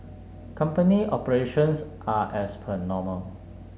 company operations are as per normal